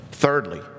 Thirdly